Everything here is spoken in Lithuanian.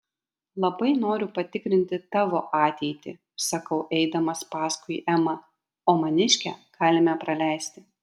labai noriu patikrinti tavo ateitį sakau eidamas paskui emą o maniškę galime praleisti